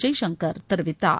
ஜெய்சங்கர் தெரிவித்தார்